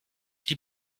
die